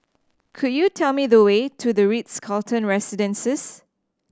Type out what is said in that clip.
could you tell me the way to The Ritz Carlton Residences